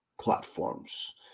platforms